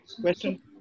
question